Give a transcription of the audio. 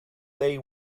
day